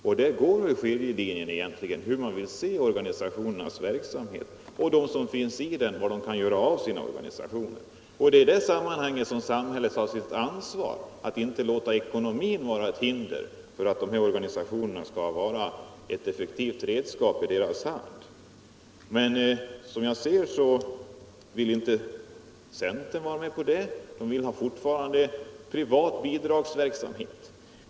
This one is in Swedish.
Det är egentligen här skiljelinjen går beträffande synen på organisationernas verksamhet och vad de inom organisationerna kan göra av sina organisationer. Det är det sammanhanget samhället har sitt ansvar för och inte får låta ekonomin hindra organisationerna att vara effektiva redskap för de handikappade. | Men centern vill tydligen inte vara med på detta. Den vill fortfarande ha privat bidragsverksamhet.